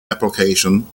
application